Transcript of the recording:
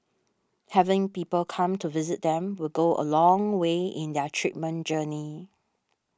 having people come to visit them will go a long way in their treatment journey